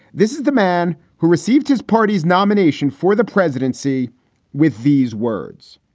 this is the man who received his party's nomination for the presidency with these words,